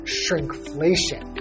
shrinkflation